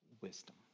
wisdom